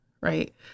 Right